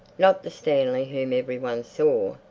not the stanley whom every one saw,